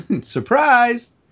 Surprise